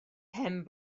pen